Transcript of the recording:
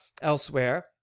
elsewhere